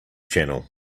channel